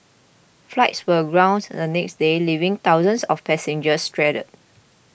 flights were grounded the next day leaving thousands of passengers stranded